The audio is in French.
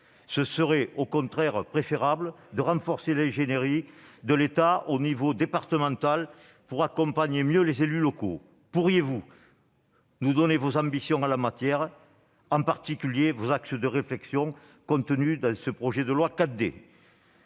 Il serait au contraire préférable de renforcer l'ingénierie de l'État à l'échelle départementale, pour accompagner au mieux les élus locaux. Pourriez-vous nous donner vos ambitions en la matière, en particulier vos axes de réflexion contenus dans le projet de loi 4D ?